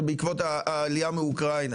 בעקבות העלייה מאוקראינה.